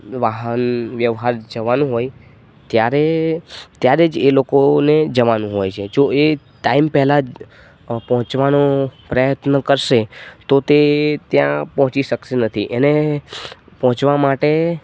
વાહન વ્યવહાર જવાનું હોય ત્યારે ત્યારે જ એ લોકોને જવાનું હોય છે જો એ ટાઈમ પહેલાં પહોંચવાનો પ્રયત્ન કરશે તો તે ત્યાં પહોંચી શકશે નથી એને પહોંચવા માટે